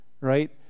Right